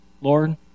Lord